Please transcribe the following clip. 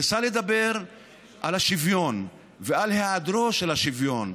הוא ניסה לדבר על השוויון ועל היעדרו של השוויון.